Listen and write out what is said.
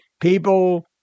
people